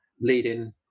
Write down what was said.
leading